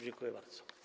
Dziękuję bardzo.